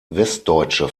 westdeutsche